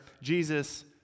Jesus